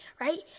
right